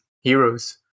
heroes